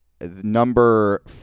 number